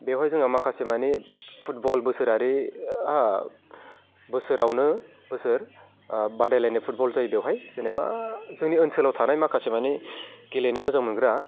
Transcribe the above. बेवहाय जों माखासे माने फुटबल बोसोरारि बोसोरावनो बोसोर बादायलायनाय फुटबल जायो बेवहाय जेनेबा जोंनि ओनसोलाव थानाय माखासे मानि गेलेनो मोजां मोनग्रा